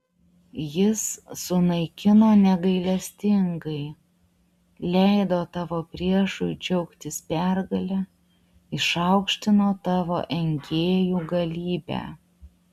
jis sunaikino negailestingai leido tavo priešui džiaugtis pergale išaukštino tavo engėjų galybę